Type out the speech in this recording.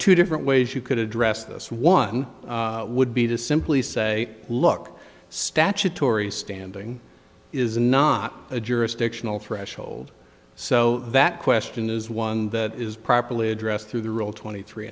two different ways you could address this one would be to simply say look statutory standing is not a jurisdictional threshold so that question is one that is properly addressed through the rule twenty three